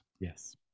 yes